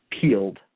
peeled